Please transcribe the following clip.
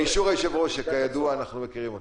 באישור היושב-ראש, שכידוע אנחנו מכירים אותו.